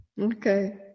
okay